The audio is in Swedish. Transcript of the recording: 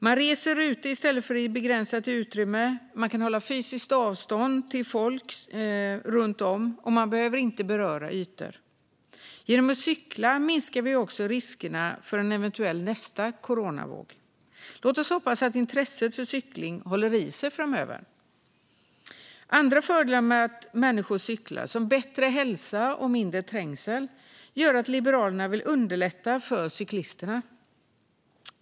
Man reser ute i stället för i ett begränsat utrymme, kan hålla fysiskt avstånd till folk runt om och behöver inte beröra ytor. Genom att cykla minskar vi också riskerna för en eventuell nästa coronavåg. Låt oss hoppas att intresset för cykling håller i sig framöver. Andra fördelar med att människor cyklar, som bättre hälsa och mindre trängsel, gör att Liberalerna vill underlätta för cyklister.